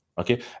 Okay